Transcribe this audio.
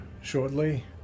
shortly